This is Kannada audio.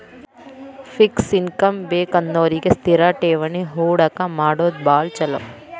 ಫಿಕ್ಸ್ ಇನ್ಕಮ್ ಬೇಕನ್ನೋರಿಗಿ ಸ್ಥಿರ ಠೇವಣಿ ಹೂಡಕಿ ಮಾಡೋದ್ ಭಾಳ್ ಚೊಲೋ